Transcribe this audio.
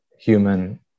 human